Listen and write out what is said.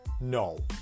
No